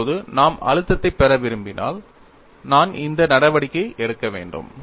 இப்போது நாம் அழுத்தத்தை பெற விரும்பினால் நான் இந்த நடவடிக்கை எடுக்க வேண்டும்